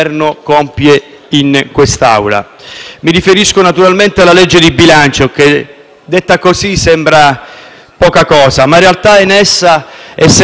Mi riferisco naturalmente alla legge di bilancio che, detta così, sembra poca cosa, ma in realtà in essa è segnato il futuro di ciascun cittadino,